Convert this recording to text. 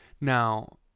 Now